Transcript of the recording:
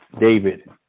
David